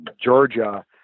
Georgia –